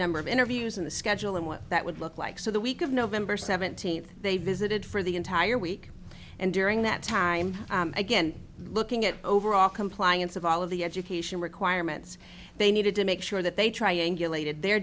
number of interviews in the schedule and what that would look like so the week of november seventeenth they visited for the entire week and during that time again looking at overall compliance of all of the education requirements they needed to make sure that they triangulated their